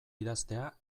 idaztea